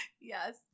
Yes